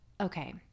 okay